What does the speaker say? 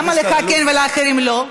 חבר הכנסת אלאלוף, למה לך כן ולאחרים לא?